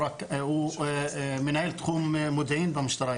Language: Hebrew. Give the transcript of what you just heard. הוא מנהל תחום מודיעין במשטרה הירוקה.